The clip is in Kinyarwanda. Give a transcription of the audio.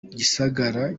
gisagara